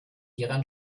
hieran